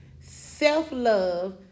self-love